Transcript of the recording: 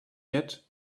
yet